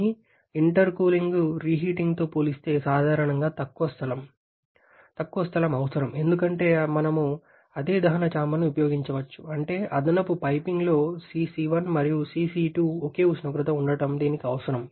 కానీ ఇంటర్కూలింగ్ రీహీటింగ్తో పోలిస్తే సాధారణంగా తక్కువ స్థలం అవసరం ఎందుకంటే మనం అదే దహన చాంబర్ని ఉపయోగించవచ్చు అంటే అదనపు పైపింగ్లో CC1 మరియు CC2 ఒకే ఉష్ణోగ్రతగా ఉండటం దీనికి అవసరం